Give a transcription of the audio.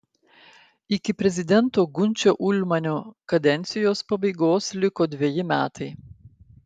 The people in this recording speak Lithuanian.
iki prezidento gunčio ulmanio kadencijos pabaigos liko dveji metai